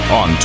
on